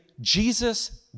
Jesus